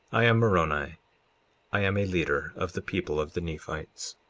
i am moroni i am a leader of the people of the nephites.